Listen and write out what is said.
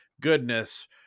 goodness